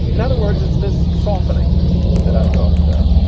in other words, is this softening that i've talked about?